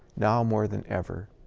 now more than ever,